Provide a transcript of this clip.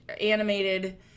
animated